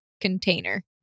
container